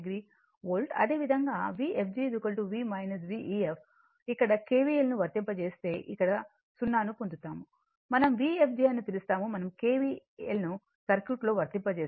అదేవిధంగా Vfg v V ef ఇక్కడ kvl ను వర్తింపజేస్తే ఇక్కడ 0 ను పొందుతాము మనం Vfg అని పిలుస్తాము మనం kvl ను సర్క్యూట్లో వర్తింపజేస్తాము